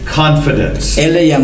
confidence